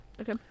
Okay